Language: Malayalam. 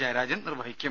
ജയരാജൻ നിർവഹിക്കും